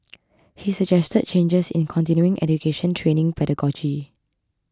he suggested changes in continuing education training pedagogy